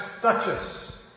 duchess